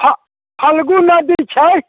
फा फल्गू नदी छै